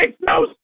no